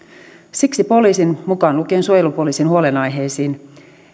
siksi poliisin mukaan lukien suojelupoliisin huolenaiheisiin